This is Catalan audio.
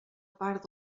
part